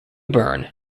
bern